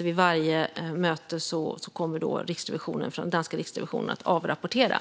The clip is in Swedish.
Vid varje möte kommer som sagt också den danska riksrevisionen att avrapportera.